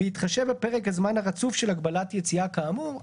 יש להתחשב בפרק הזמן הרצוף של הגבלת יציאה כאמור.